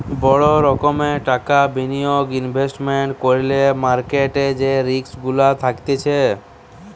বড় রোকোমের টাকা বিনিয়োগ ইনভেস্টমেন্ট করলে মার্কেট যে রিস্ক গুলা থাকতিছে